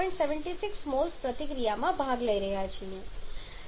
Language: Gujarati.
76 મોલ્સ પ્રતિક્રિયામાં ભાગ લઈ રહ્યા છે